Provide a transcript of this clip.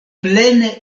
plene